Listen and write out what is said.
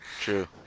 true